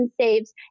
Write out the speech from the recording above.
saves